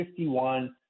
51